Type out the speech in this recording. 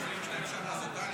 22 שנה זו טלי, זה לא אתה.